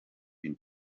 been